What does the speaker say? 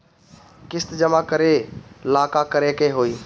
किस्त जमा करे ला का करे के होई?